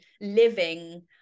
living